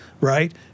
right